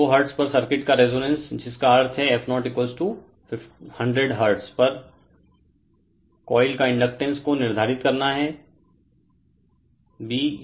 Refer Slide Time 0941 100 hertz पर circuit का resonance जिसका अर्थ हैं f0100 हर्ट्ज़ पर कोइल का इंडक्टैंस को निर्धारित करना हैं